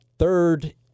Third